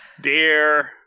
Dear